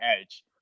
edge